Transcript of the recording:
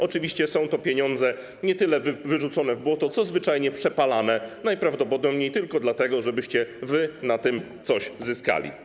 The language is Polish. Oczywiście są to pieniądze nie tyle wyrzucone w błoto, co zwyczajnie przepalane najprawdopodobniej tylko dlatego, żebyście wy na tym coś zyskali.